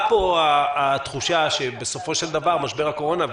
פה התחושה שבסופו של דבר משבר הקורונה,